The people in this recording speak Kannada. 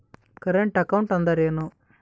ಕರೆಂಟ್ ಅಕೌಂಟ್ ಅಂದರೇನು?